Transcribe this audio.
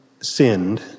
sinned